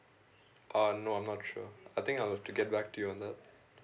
uh no I'm not sure I think I will to get back to you on the